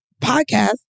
podcast